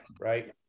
Right